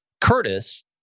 Curtis